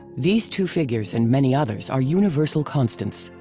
these two figures and many others are universal constants.